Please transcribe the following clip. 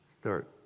start